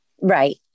Right